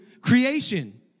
creation